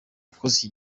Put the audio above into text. ukoze